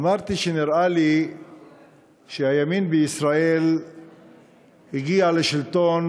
אמרתי שנראה לי שהימין בישראל הגיע לשלטון